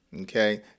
okay